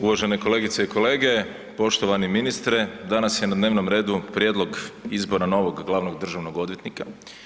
Uvažene kolegice i kolege, poštovani ministre danas je na dnevnom redu prijedlog izbora novog glavnog državnog odvjetnika.